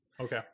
Okay